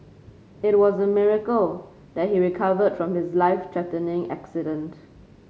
it was a miracle that he recovered from his life threatening accident